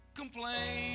complain